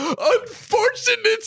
unfortunate